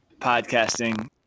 podcasting